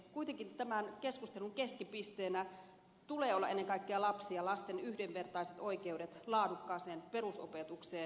kuitenkin tämän keskustelun keskipisteenä tulee olla ennen kaikkea lapsi ja lasten yhdenvertaiset oikeudet laadukkaaseen perusopetukseen